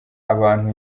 abantu